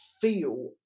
feel